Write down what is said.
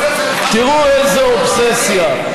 תראו איזו אובססיה.